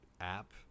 app